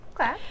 Okay